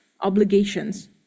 obligations